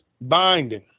binding